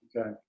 Okay